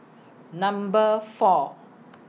Number four